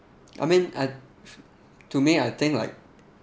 I mean I to me I think like